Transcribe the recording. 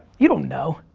you don't know.